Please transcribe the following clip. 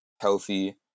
healthy